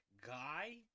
guy